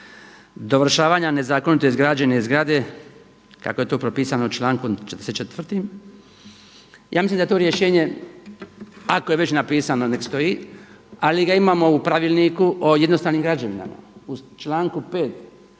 dovršavanja nezakonito izgrađene zgrade kako je to propisano člankom 44. ja mislim da je to rješenje ako je već napisano nek' stoji ali ga imamo u Pravilniku o jednostavnim građevinama. U članku 5.